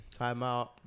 timeout